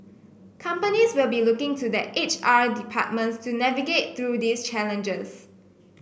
companies will be looking to their H R departments to navigate through these challenges